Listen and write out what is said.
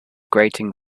grating